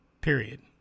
Period